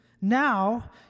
now